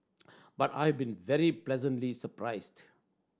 but I've been very pleasantly surprised